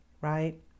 right